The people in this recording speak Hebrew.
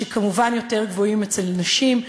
שכמובן הם יותר גבוהים אצל נשים,